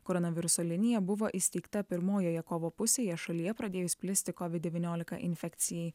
koronaviruso linija buvo įsteigta pirmojoje kovo pusėje šalyje pradėjus plisti covid devyniolika infekcijai